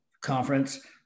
conference